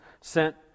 sent